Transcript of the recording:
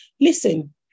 Listen